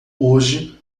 hoje